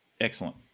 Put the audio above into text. Excellent